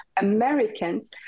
Americans